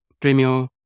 Dreamio